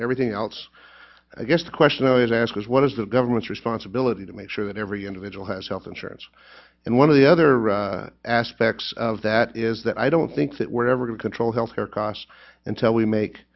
goal everything else i guess the question i ask is what is the government's responsibility to make sure that every individual has health insurance and one of the other aspects of that is that i don't think that we're ever to control health care costs until we make